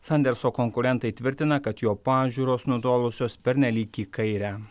sanderso konkurentai tvirtina kad jo pažiūros nutolusios pernelyg į kairę